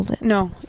no